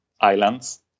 islands